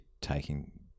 taking